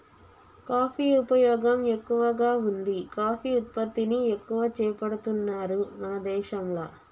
coffee ఉపయోగం ఎక్కువగా వుంది కాఫీ ఉత్పత్తిని ఎక్కువ చేపడుతున్నారు మన దేశంల